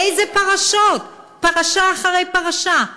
איזה פרשות, פרשה אחרי פרשה.